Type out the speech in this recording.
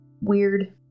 weird